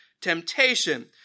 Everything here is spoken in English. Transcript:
temptation